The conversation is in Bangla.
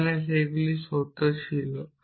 সেগুলি সেখানে সত্য ছিল